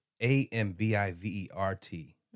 A-M-B-I-V-E-R-T